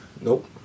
Nope